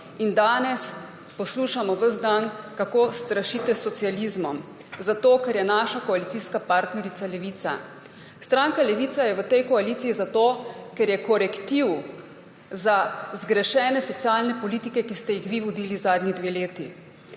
in danes poslušamo ves dan, kako strašite s socializmom, zato ker je naša koalicijska partnerica Levica. Stranka Levica je v tej koaliciji zato, ker je korektiv za zgrešene socialne politike, ki ste jih vi vodili zadnji dve leti.